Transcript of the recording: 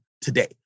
today